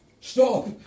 Stop